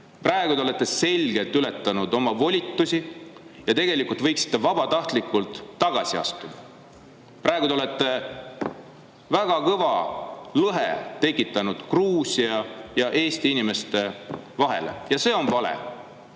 Praegu te olete selgelt ületanud oma volitusi ja tegelikult võiksite vabatahtlikult tagasi astuda. Praegu te olete tekitanud väga [sügava] lõhe Gruusia ja Eesti inimeste vahele ja see on vale.